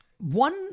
One